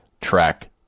track